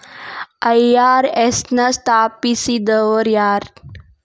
IRS ನ ಸ್ಥಾಪಿಸಿದೊರ್ಯಾರು?